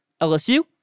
LSU